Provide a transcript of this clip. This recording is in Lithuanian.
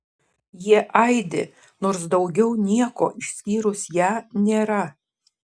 jie aidi nors daugiau nieko išskyrus ją nėra